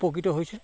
উপকৃত হৈছে